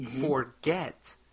forget